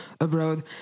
abroad